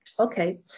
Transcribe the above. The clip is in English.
Okay